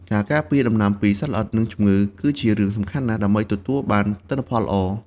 ការការពារដំណាំពីសត្វល្អិត និងជំងឺ គឺជារឿងសំខាន់ណាស់ដើម្បីទទួលបានទិន្នផលល្អ។